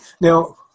Now